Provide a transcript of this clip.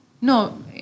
No